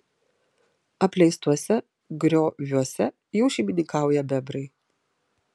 apleistuose grioviuose jau šeimininkauja bebrai